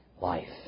life